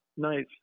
nice